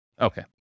Okay